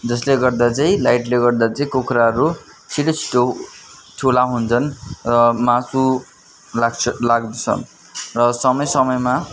जसले गर्दा चाहिँ लाइटले गर्दा चाहिँ कुखुराहरू छिटो छिटो ठुला हुन्छन् र मासु लाग्छ लाग्दछ र समय समयमा